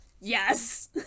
Yes